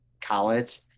college